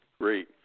Great